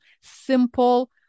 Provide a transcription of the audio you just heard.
simple